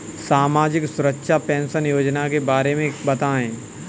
सामाजिक सुरक्षा पेंशन योजना के बारे में बताएँ?